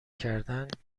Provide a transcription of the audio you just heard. کردنچی